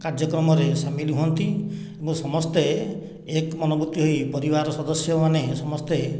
କାର୍ଯ୍ୟକ୍ରମରେ ସାମିଲ ହୁଅନ୍ତି ଏବଂ ସମସ୍ତେ ଏକ ମନବୃତି ହୋଇ ପରିବାରର ସଦସ୍ୟମାନେ ସମସ୍ତେ